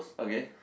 okay